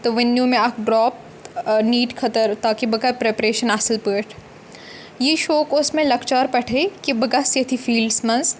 تہٕ وٕنۍ نِیوٗ مےٚ اَکھ ڈراپ نیٖٹ خٲطرٕ تاکہِ بہٕ کَرٕ پرٛٮ۪پریشَن اَصٕل پٲٹھۍ یہِ شوق اوس مےٚ لٮ۪کچار پٮ۪ٹھَے کہِ بہٕ گژھٕ یَتھ یہِ فیٖلڈَس منٛز